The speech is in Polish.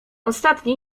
ostatni